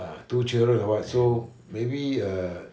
uh two children or what so maybe uh